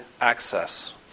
access